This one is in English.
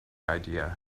idea